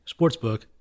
sportsbook